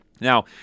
Now